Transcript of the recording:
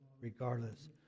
regardless